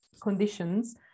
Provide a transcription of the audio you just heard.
conditions